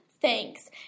thanks